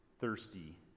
thirsty